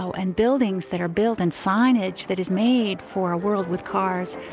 so and buildings that are built and signage that is made for our world with cars,